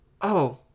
Oh